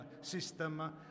system